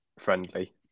friendly